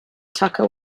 tucker